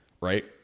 Right